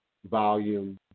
volume